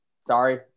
sorry